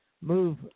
move